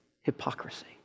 hypocrisy